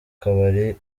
kabari